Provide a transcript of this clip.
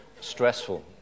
stressful